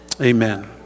Amen